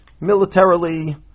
militarily